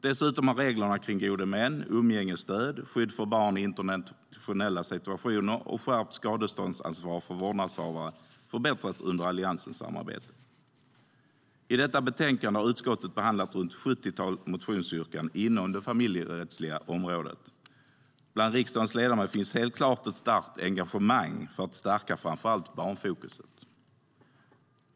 Dessutom har reglerna kring gode män, umgängesstöd, skydd för barn i internationella situationer och skärpt skadeståndsansvar för vårdnadshavare förbättrats under Alliansens samarbete. I detta betänkande har utskottet behandlat runt 70 motionsyrkanden inom det familjerättsliga området. Bland riksdagens ledamöter finns helt klart ett starkt engagemang för att stärka framför allt barnfokuset.